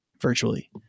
virtually